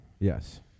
yes